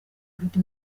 afite